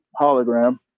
hologram